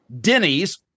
Denny's